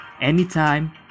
anytime